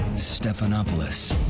stephanopoulos,